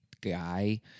guy